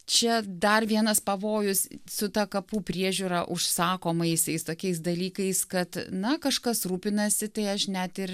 čia dar vienas pavojus su ta kapų priežiūra užsakomaisiais tokiais dalykais kad na kažkas rūpinasi tai aš net ir